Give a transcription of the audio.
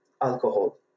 alcohol